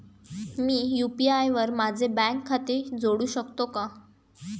मी UPI वर माझे bank खाते जोडू शकतो का?